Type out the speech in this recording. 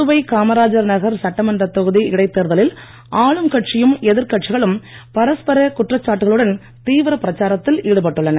புதுவை காமராஜர் நகர் சட்டமன்றத் தொகுதி இடைத்தேர்தலில் ஆளும் கட்சியும் எதிர் கட்சிகளும் பரஸ்பர குற்றச்சாட்டுகளுடன் தீவிர பிரச்சாரத்தில் ஈடுபட்டுள்ளன